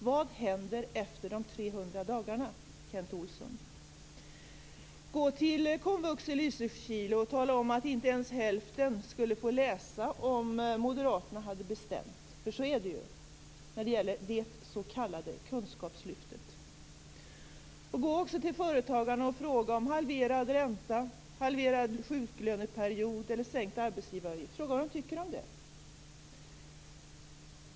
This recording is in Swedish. Vad händer efter de Gå till komvux i Lysekil och tala om att inte ens hälften skulle få läsa om moderaterna fick bestämma, för så är det ju när det gäller det ni brukar tala om som det s.k. kunskapslyftet. Gå också till företagarna och fråga om halverad ränta, halverad sjuklöneperiod eller sänkt arbetsgivaravgift. Fråga vad de tycker om det!